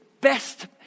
best